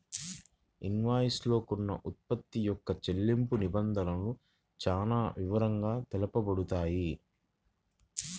invoice లో కొన్న ఉత్పత్తి యొక్క చెల్లింపు నిబంధనలు చానా వివరంగా తెలుపబడతాయి